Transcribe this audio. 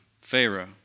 Pharaoh